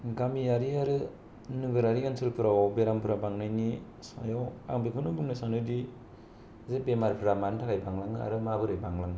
गामियारि आरो नोगोर आरि ओनसोलफोराव बेरामफोरा बांनायनि सायाव आं बिखौनो बुंनो सानोदि जे बेमारफ्रा मानो थाखाय बांलाङो आरो माबोरै बांलाङो